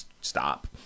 stop